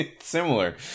Similar